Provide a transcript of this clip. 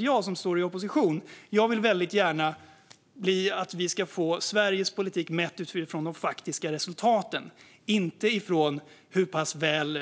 Jag, som är i opposition, vill däremot väldigt gärna att Sveriges politik ska mätas utifrån de faktiska resultaten, inte utifrån hur väl